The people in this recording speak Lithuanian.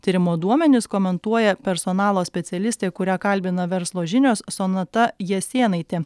tyrimo duomenis komentuoja personalo specialistė kurią kalbina verslo žinios sonata jasėnaitė